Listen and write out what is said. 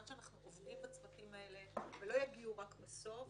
שאנחנו עובדים בצוותים האלה ולא יגיעו רק בסוף.